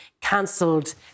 cancelled